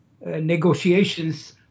negotiations